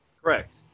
Correct